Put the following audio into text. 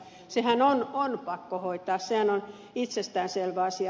sehän on pakko hoitaa sehän on itsestäänselvä asia